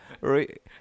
Right